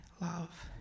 love